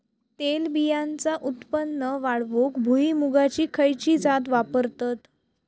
तेलबियांचा उत्पन्न वाढवूक भुईमूगाची खयची जात वापरतत?